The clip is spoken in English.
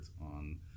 on